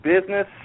business